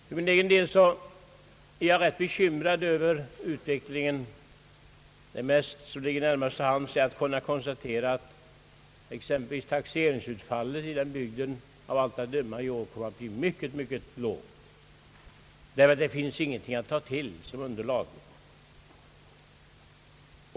För min egen del är jag bekymrad över den utveckling som jag kunnat konstatera, att taxeringsutfallet exempelvis i Sjuhäradsbygden av allt att döma kommer att bli synnerligen lågt. Där finns helt enkelt inte något reellt skatte underlag.